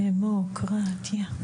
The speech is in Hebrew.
דמוקרטיה.